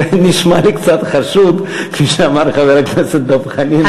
נשמע לי קצת חשוד, כפי שאמר חבר הכנסת דב חנין.